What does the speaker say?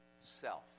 self